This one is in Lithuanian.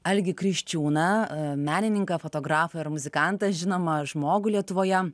algį kriščiūną menininką fotografą ir muzikantas žinomą žmogų lietuvoje